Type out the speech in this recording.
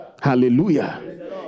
Hallelujah